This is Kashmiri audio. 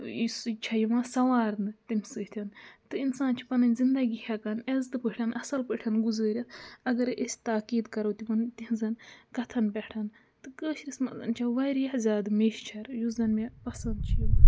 یُس سُہ چھےٚ یِوان سَوارنہٕ تَمہِ سۭتۍ تہٕ اِنسان چھُ پَنٕنۍ زندگی ہٮ۪کان عٮ۪زتہٕ پٲٹھۍ اَصٕل پٲٹھۍ گُزٲرِتھ اَگرَے أسۍ تاکیٖد کَرو تِمَن تِہِنٛزَن کَتھَن پٮ۪ٹھ تہٕ کٲشرِس منٛز چھےٚ واریاہ زیادٕ میچھَر یُس زَنہٕ مےٚ پَسَنٛد چھُ یِوان